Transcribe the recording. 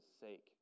sake